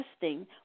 testing